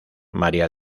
maría